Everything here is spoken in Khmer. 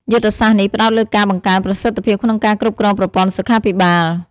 យុទ្ធសាស្ត្រនេះផ្តោតលើការបង្កើនប្រសិទ្ធភាពក្នុងការគ្រប់គ្រងប្រព័ន្ធសុខាភិបាល។